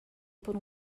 por